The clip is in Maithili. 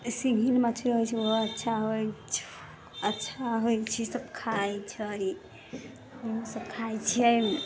सिङ्गही मछली होइ छै उहो अच्छा अच्छा होइ छै सब खाइ छै हमसब खाइ छियै